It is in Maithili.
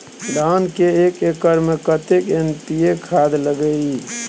धान के एक एकर में कतेक एन.पी.ए खाद लगे इ?